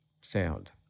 sound